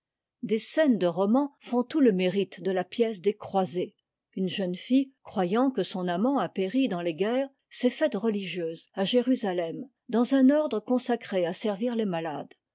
des scènes de roman font tout le mérite de la pièce des c omee une jeune fille croyant que son amant a péri dans les guerres s'est faite reli gieuse à jérusalem dans un ordre consacré à servir les malades